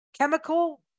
chemical